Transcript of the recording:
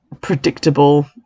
predictable